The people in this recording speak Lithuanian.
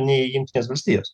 nei jungtinės valstijos